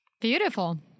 Beautiful